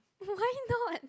why not